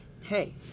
hey